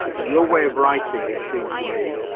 ah your way of writing. it seemed to me,